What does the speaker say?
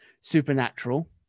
supernatural